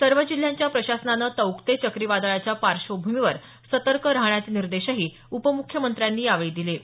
सर्व जिल्ह्यांच्या प्रशासनानं तौक्ते चक्रीवादळाच्या पार्श्वभूमीवर सतर्क राहण्याचे निर्देश उपमुख्यमंत्री पवार यांनी दिले आहेत